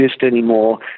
anymore